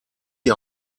die